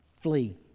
flee